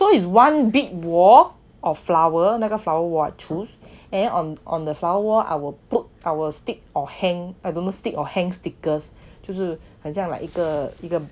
so is one big wall of flower 那个 flower of what I choose and on on the flower wall I will put I will stick or hang i don't know stick or hang stickers 就是很像 like 一个一个